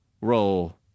roll